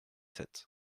sept